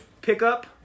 pickup